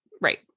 Right